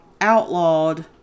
outlawed